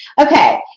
Okay